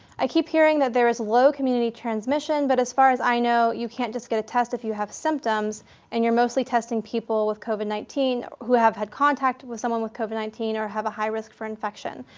i keep hearing that there is low community transmission, but as far as i know you can't just get a test if you have symptoms and you're mostly testing people with covid nineteen. who have had contact with someone with covid nineteen or have a high risk for infection.